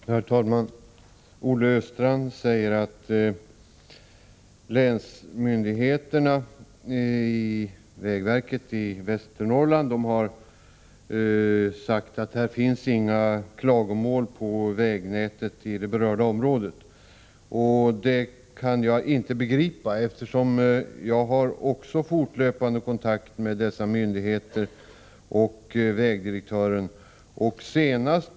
Herr talman! Olle Östrand säger att länsmyndigheterna — vägverket i Västernorrland — har sagt att det inte förekommer några klagomål på vägnätet i det berörda området. Det kan jag inte begripa. Jag har också fortlöpande kontakt med dessa myndigheter och med vägdirektören.